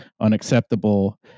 unacceptable